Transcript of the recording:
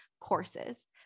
courses